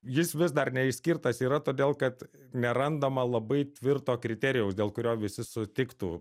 jis vis dar neišskirtas yra todėl kad nerandama labai tvirto kriterijaus dėl kurio visi sutiktų